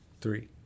three